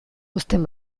uzten